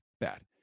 bad